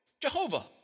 Jehovah